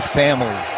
family